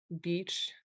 beach